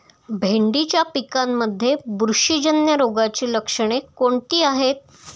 भेंडीच्या पिकांमध्ये बुरशीजन्य रोगाची लक्षणे कोणती आहेत?